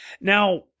Now